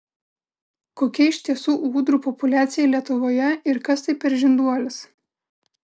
kokia iš tiesų ūdrų populiacija lietuvoje ir kas tai per žinduolis